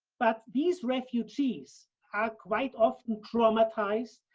but these refugees are quite often traumatized,